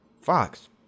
Fox